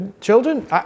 children